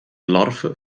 larven